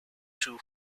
too